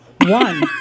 One